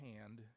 hand